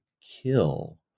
kill